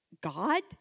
God